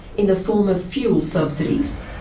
in the form of fuel subsidies.